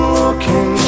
looking